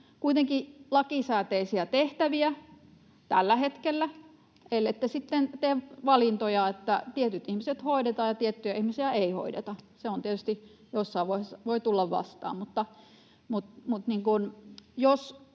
kuitenkin lakisääteisiä tehtäviä, tällä hetkellä, ellette sitten tee valintoja, että tietyt ihmiset hoidetaan ja tiettyjä ihmisiä ei hoideta — se tietysti jossain